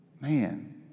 man